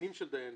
תקנים של דיינים.